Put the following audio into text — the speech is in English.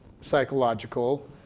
psychological